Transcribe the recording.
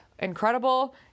incredible